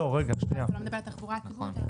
הוא לא מדבר על התחבורה הציבורית.